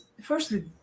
firstly